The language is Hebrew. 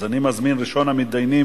אני מזמין את ראשון המתדיינים,